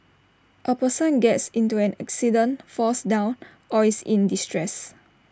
A person gets into an accident falls down or is in distress